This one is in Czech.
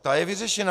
Ta je vyřešena.